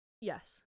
Yes